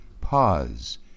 pause